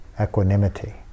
equanimity